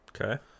okay